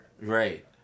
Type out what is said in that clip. right